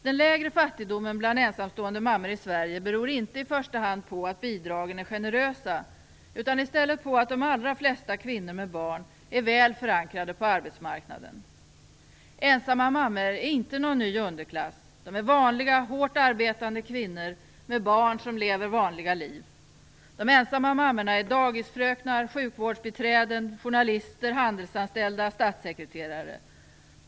Den lägre fattigdomen bland ensamstående mammor i Sverige beror inte i första hand på att bidragen är generösa, utan i stället på att de allra flesta kvinnor med barn är väl förankrade på arbetsmarknaden. Ensamma mammor är inte någon ny underklass. De är vanliga, hårt arbetande kvinnor med barn, som lever vanliga liv. De ensamma mammorna är dagisfröknar, sjukvårdsbiträden, journalister, handelsanställda och statssekreterare.